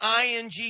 ING